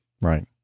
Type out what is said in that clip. Right